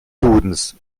dudens